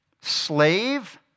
Slave